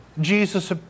Jesus